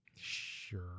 Sure